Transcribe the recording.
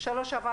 שהיא